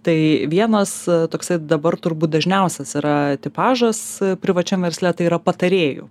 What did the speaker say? tai vienas toksai dabar turbūt dažniausias yra tipažas privačiam versle tai yra patarėjų